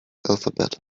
alphabet